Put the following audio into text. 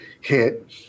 hit